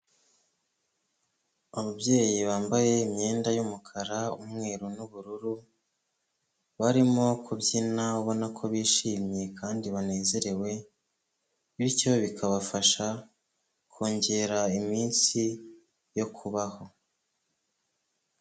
Ababyeyi bambaye imyenda y'umukara umweru n'ubururu, barimo kubyina ubona ko bishimye kandi banezerewe, bityo bikabafasha kongera iminsi yo kubaho.